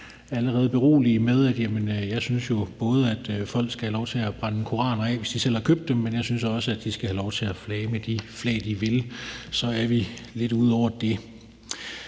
allerede berolige med, at jeg både synes, at folk både skal have lov til at brænde koraner af, hvis de selv har købt dem, men også synes, at de skal have lov til at flage med de flag, de vil. Så er vi lidt ude over det.